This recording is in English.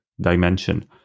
dimension